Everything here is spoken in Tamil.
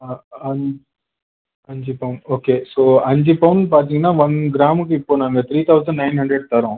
அஞ் அஞ்சு பவுன் ஓகே ஸோ அஞ்சு பவுன் பார்த்திங்கன்னா ஒன் கிராமுக்கு இப்போது நாங்கள் த்ரீ தெளசண்ட் நயன் ஹண்ட்ரட் தரோம்